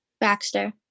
Baxter